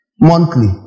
Monthly